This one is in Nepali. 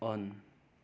अन